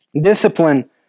Discipline